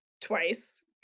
twice